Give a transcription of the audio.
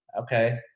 Okay